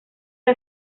que